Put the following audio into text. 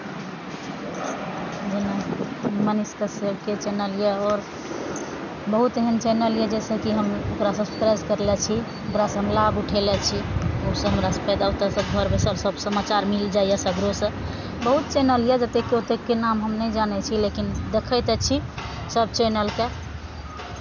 जेना मनीष कश्यपके चैनल यए आओर बहुत एहन चैनल यए जाहिसँ कि हम ओकरा सब्सक्राइब करने छी ओकरासँ हम लाभ उठयने छी ओहिसँ हमरा फाइदा ओतयसँ घर बैसल सभ समाचार मिल जाइए सगरोसँ बहुत चैनल यए जतेक कि ओतेकके नाम हम नहि जानै छी लेकिन देखै तऽ छी सभ चैनलकेँ